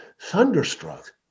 thunderstruck